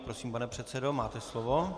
Prosím, pane předsedo, máte slovo.